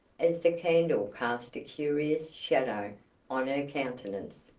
as the candle cast a curious shadow on her countenance.